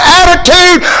attitude